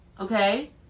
Okay